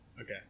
Okay